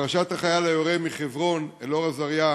פרשת החייל היורה מחברון, אלאור אזריה.